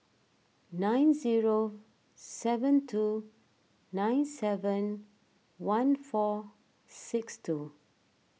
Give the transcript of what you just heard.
nine zero seven two nine seven one four six two